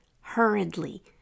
hurriedly